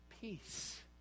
Peace